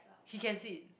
he can sit